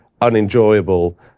unenjoyable